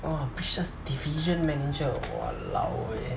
!wah! business division manager !walao! eh